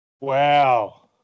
Wow